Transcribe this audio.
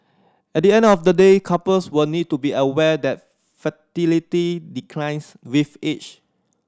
at the end of the day couples will need to be aware that fertility declines with age